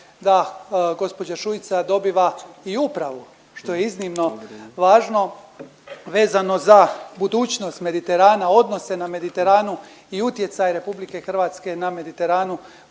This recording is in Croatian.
da gđa Šuica dobiva i upravu, što je iznimno važno vezano za budućnost Mediterana, odnose ne Mediteranu i utjecaj RH na Mediteranu